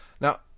Now